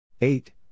Eight